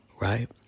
Right